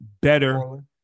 better